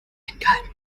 hingehalten